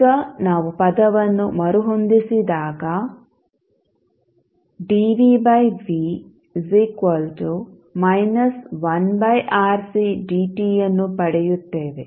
ಈಗ ನಾವು ಪದವನ್ನು ಮರುಹೊಂದಿಸಿದಾಗ ಅನ್ನು ಪಡೆಯುತ್ತೇವೆ